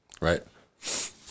right